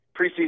preseason